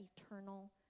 eternal